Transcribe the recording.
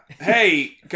Hey